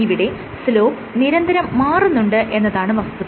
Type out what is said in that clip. ഇവിടെ സ്ലോപ്പ് നിരന്തരം മാറുന്നുണ്ട് എന്നതാണ് വസ്തുത